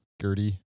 Gertie